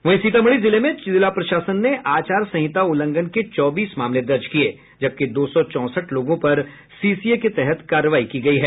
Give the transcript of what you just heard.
वहीं सीतामढ़ी जिले में जिला प्रशासन ने आचार संहिता उल्लंघन के चौबीस मामले दर्ज किये हैं जबकि दो सौ चौंसठ लोगों पर सीसीए की कार्रवाई की गयी है